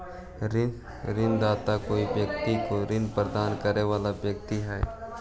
ऋणदाता कोई व्यक्ति के ऋण प्रदान करे वाला व्यक्ति हइ